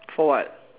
for what